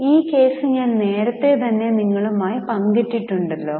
ഈ കേസ് ഞാൻ നേരത്തെ തന്നെ നിങ്ങളുമായി പങ്കിട്ടിട്ടുണ്ടല്ലോ